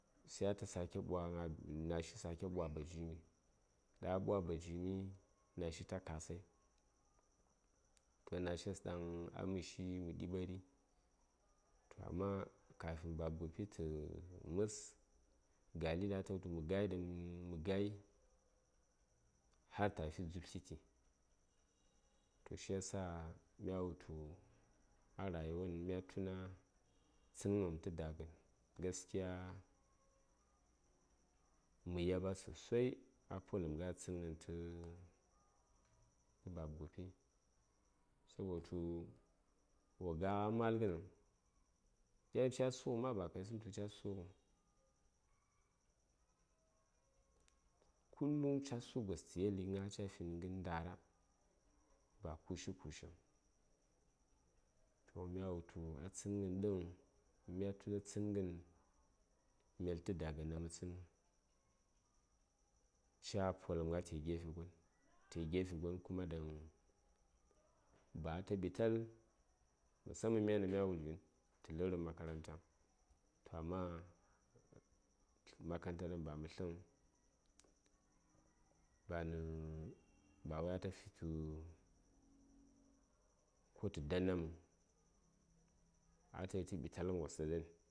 sai ata sake ɓwa nashi ta sake ɓwa bijimi ɗaŋ a ɓwa bijimi sai nashi ta kasai toh nashes ɗaŋ a məshi mə ɗiɓari amma kafin baba gopi tə məs gali ɗaŋ ata wultu mə gai ɗaŋ mə gayi har ta fi dzub tliti toh shi yasa ya wutu a rayuwan mya tuna tsənghə wopm tə dagən gaskiya mə yaɓa sosai a poləm ghai a tsənghən tə baba gopi sabotu wo gaghə a malghənəŋ yan ca sughə a ba ka yisəŋ tu ca sughəŋ kullum ca su gos tə yeli gna ca fi ghən ndara ba kushi kushiŋ so mya wutu a tsənghən ɗaŋ mya tuna tsənghən mel tə daghən ɗaŋ mə tsən ca poləm ate gefe gon te gefe gon kuma ɗaŋ ba ata ɓital musaman myan ɗaŋ mya wulvin tə lərəm makaranta toh amma makaranta ɗaŋ bamətləŋ bawai ata fi tu ko tə danna məŋ atayi tə ɓitalghən wos ɗa ɗan